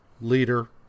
leader